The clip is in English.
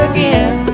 Again